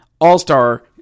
All-Star